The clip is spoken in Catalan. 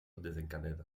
desencadena